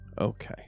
Okay